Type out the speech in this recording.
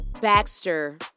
Baxter